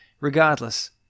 Regardless